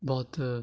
ਬਹੁਤ